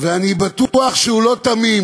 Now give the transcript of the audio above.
ואני בטוח שהוא לא תמים